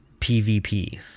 pvp